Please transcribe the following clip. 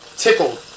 Tickled